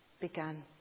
began